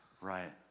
right